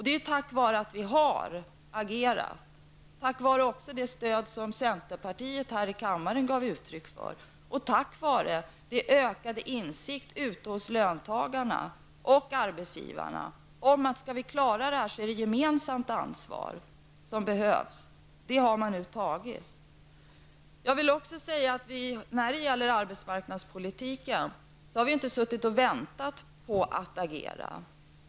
Det är tack vare att vi har agerat och tack vare det stöd som centerpartiet gav uttryck för här i kammaren. Det är också tack vare den ökade insikten hos löntagarna och arbetsgivarna om att om vi skall klara detta är det ett gemensamt ansvar som behövs. Man har nu tagit det ansvaret. Jag vill också säga att när det gäller arbetsmarknadspolitiken har vi ju inte suttit och väntat på att agera.